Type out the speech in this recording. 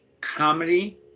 comedy